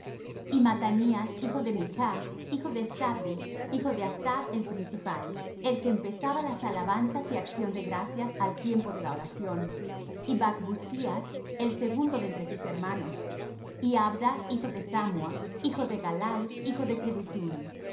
y mattanías hijo de mich hijo de zabdi hijo de asaph el principal el que empezaba las alabanzas y acción de gracias al tiempo de la oración y bacbucías el segundo de entre sus hermanos y abda hijo de samua hijo de galal hijo de